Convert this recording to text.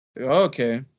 Okay